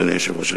אדוני היושב-ראש,